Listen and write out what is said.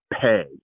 pay